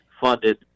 funded